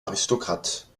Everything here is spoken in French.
aristocrate